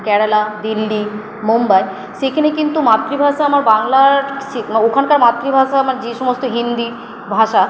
কেরালা দিল্লি মুম্বই সেখানে কিন্তু মাতৃভাষা আমার বাংলা সে ওখানকার মাতৃভাষা আমার যে সমস্ত হিন্দি ভাষা